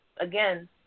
again